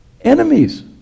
enemies